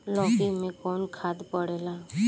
लौकी में कौन खाद पड़ेला?